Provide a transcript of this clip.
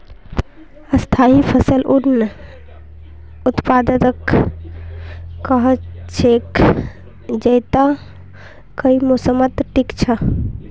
स्थाई फसल उन उत्पादकक कह छेक जैता कई मौसमत टिक छ